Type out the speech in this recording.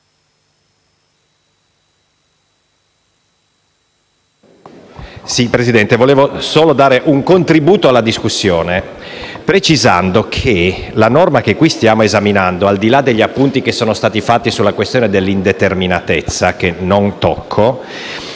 Presidente, vorrei solo dare un contributo alla discussione precisando che la norma che qui stiamo esaminando, al di là degli appunti che sono stati fatti sulla questione della indeterminatezza (che non tocco),